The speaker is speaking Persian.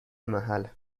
محل